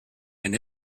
and